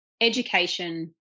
education